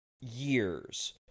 years